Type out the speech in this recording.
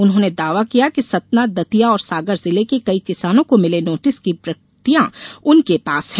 उन्होंने दावा किया कि सतना दतिया और सागर जिले के कई किसानों को मिले नोटिस की प्रतियां उनके पास हैं